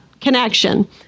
connection